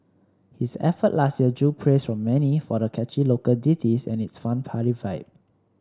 his effort last year drew praise from many for the catchy local ditties and its fun party vibe